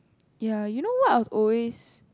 ya you know what I was always